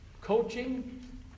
coaching